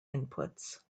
inputs